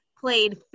played